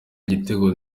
igitego